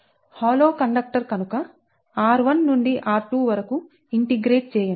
హాలోబోలు conductor కనుక r1 నుండి r2 వరకు ఇంటిగ్రేట్ చేయండి